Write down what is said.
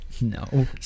No